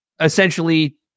essentially